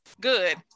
good